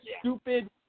stupid